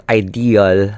ideal